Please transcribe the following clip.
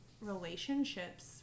relationships